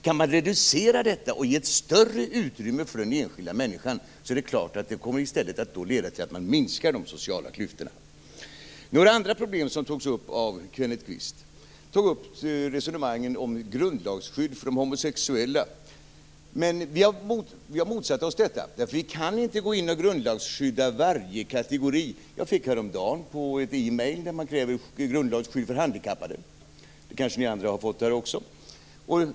Kan man reducera detta och ge ett större utrymme för den enskilda människan är det klart att det i stället kommer att leda till att man minskar de sociala klyftorna. Kenneth Kvist tog också upp några andra problem, som resonemangen om grundlagsskydd för de homosexuella. Vi har motsatt oss detta, därför att vi kan inte gå in och grundlagsskydda varje kategori. Jag fick häromdagen E-post där man krävde grundlagsskydd för handikappade. Det kanske ni andra också har fått.